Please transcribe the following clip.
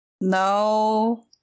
No